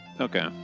Okay